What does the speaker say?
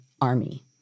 army